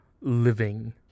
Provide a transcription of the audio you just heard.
living